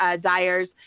dyers